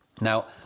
Now